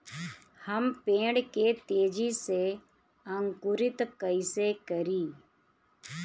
हम पेड़ के तेजी से अंकुरित कईसे करि?